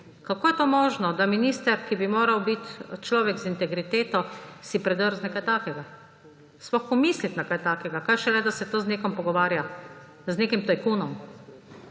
Kako je to možno, da minister, ki bi moral biti človek z integriteto, si predrzne sploh pomisliti na kaj takega, kaj šele, da se to z nekom pogovarja, z nekim tajkunom,